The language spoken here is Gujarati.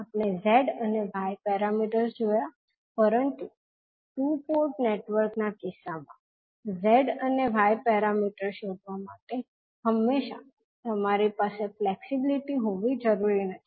આપણે z અને y પેરામીટર્સ જોયા પરંતુ ટુ પોર્ટ નેટવર્કના કિસ્સામાં z અને y પેરામીટર્સ શોધવા માટે હંમેશા તમારી પાસે ફ્લેક્સિબ્લિટી હોવી જરૂરી નથી